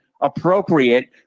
appropriate